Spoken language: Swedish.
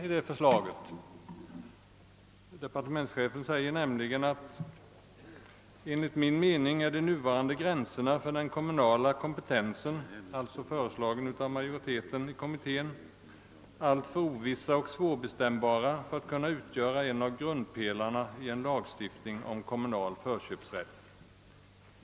Departementschefen säger nämligen: »Enligt min mening är de nuvarande gränserna för den kommunala kompetensen alltför ovissa och svårbestämbara för att kunna utgöra en av grundpelarna i en lagstiftning om kommunal förköpsrätt.